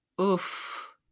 Oof